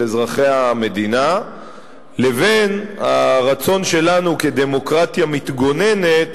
אזרחי המדינה לבין הרצון שלנו כדמוקרטיה מתגוננת